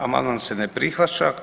Amandman se ne prihvaća.